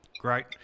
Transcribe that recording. Great